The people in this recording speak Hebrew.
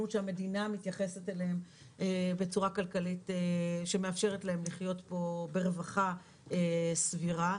שהמדינה מתייחסת אליהם בצורה כלכלית שמאפשרת להם לחיות פה ברווחה סבירה.